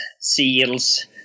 seals